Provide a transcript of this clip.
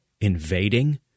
invading